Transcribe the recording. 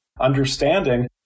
understanding